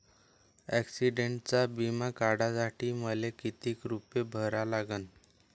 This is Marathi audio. ॲक्सिडंटचा बिमा काढा साठी मले किती रूपे भरा लागन?